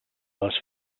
les